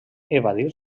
evadir